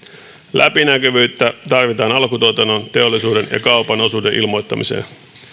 läpinäkyvyyttä tarvitaan alkutuotannon teollisuuden ja kaupan osuuden ilmoittamiseen